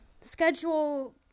schedule